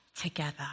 Together